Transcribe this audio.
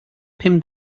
pum